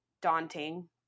daunting